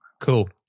Cool